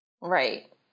Right